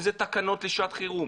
אם זה תקנות לשעת חירום,